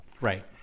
Right